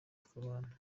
tukabana